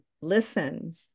listen